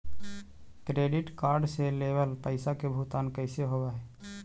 Credit card से लेवल पैसा के भुगतान कैसे होव हइ?